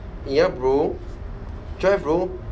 yup bro drive bro